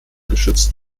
geschützt